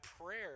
prayer